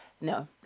no